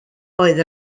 oedd